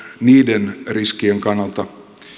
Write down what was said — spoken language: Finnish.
niiden riskien kannalta